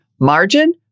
margin